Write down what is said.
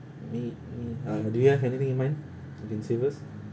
n~ n~ uh do you have anything in mind you can say first